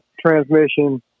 transmission